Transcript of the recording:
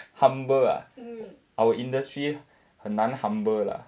humble ah our industry 很难 humble lah